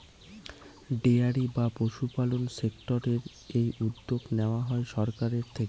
dairy বা পশুপালন সেক্টরের এই উদ্যোগ নেওয়া হয় সরকারের থেকে